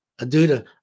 Aduda